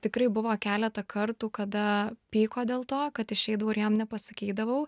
tikrai buvo keletą kartų kada pyko dėl to kad išeidavau ir jam nepasakydavau